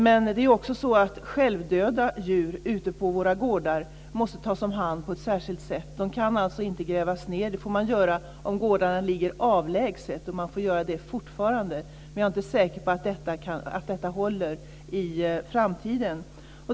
Men självdöda djur ute på våra gårdar måste också tas om hand på ett särskilt sätt. De kan alltså inte grävas ned. Det får man göra om gårdarna ligger avlägset. Man får göra det fortfarande, men jag är inte säker på att detta håller i framtiden.